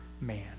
man